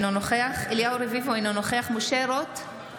אינו נוכח אליהו רביבו, אינו נוכח משה רוט,